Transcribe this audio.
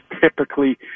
typically